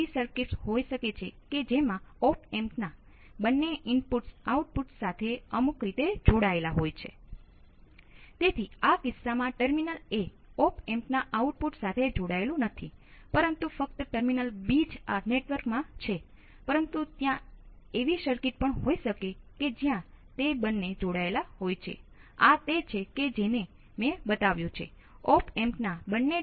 જો Iout નું મૂલ્ય 0 થી ઓછું હોય તો I એ માત્ર Io બરાબર હોય છે અને I નું મૂલ્ય Io Iout હશે